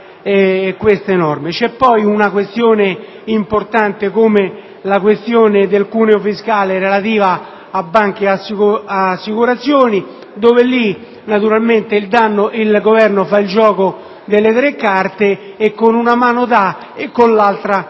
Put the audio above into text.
C'è poi una questione importante come quella del cuneo fiscale relativo a banche e ad assicurazioni, in cui il Governo fa il gioco delle tre carte e con una mano dà e con l'altra